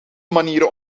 manieren